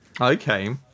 Okay